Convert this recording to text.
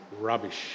rubbish